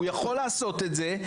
הוא יכול לעשות את זה,